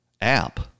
app